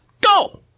Go